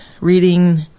reading